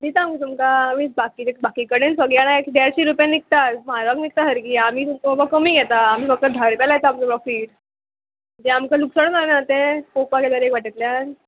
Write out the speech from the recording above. दिता आमी तुमकां विजीचे बाकी कडेन सगळी जाणा एक देडशीं रुपयान विकता म्हारग विकता सारकी आमी तुमकां बाबा कमी घेता आमी फक्त धा रुपया लायता आमचे प्रॉफीट तें आमकां लुकसाण जावना तें पळोवपा गेल्यार एक वाटेंतल्यान